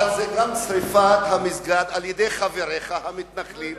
אבל זה גם שרפת המסגד על-ידי חבריך המתנחלים.